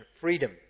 freedom